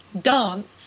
dance